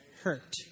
hurt